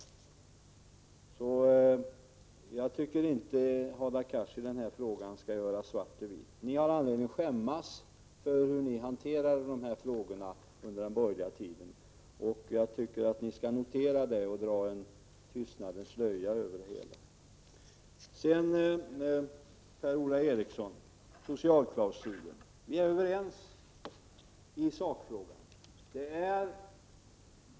Så jag tycker inte att Hadar Cars i den här frågan skall göra svart till vitt. Ni har anledning att skämmas för hur ni hanterade industristödet under era regeringsår. Jag tycker att ni skall notera detta och dra en tystnadens slöja över det hela. Sedan några ord till Per-Ola Eriksson om socialklausulen. Vi är överens i sakfrågan.